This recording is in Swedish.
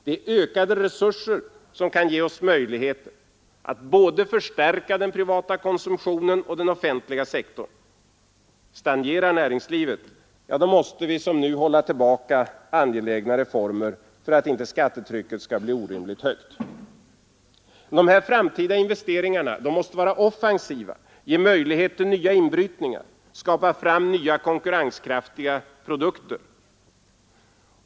Det är ökade resurser som kan ge oss möjligheter att både förstärka den privata konsumtionen och den offentliga sektorn. Stagnerar näringslivet — ja, då måste vi, som nu, hålla tillbaka angelägna reformer för att inte skattetrycket skall bli orimligt högt. De framtida investeringarna måste vara offensiva, ge möjligheter till nya inbrytningar, skapa nya konkurrenskraftiga produkter.